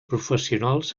professionals